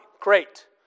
Great